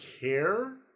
care